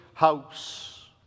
house